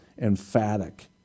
emphatic